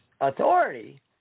authority